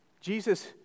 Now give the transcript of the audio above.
Jesus